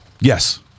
Yes